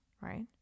right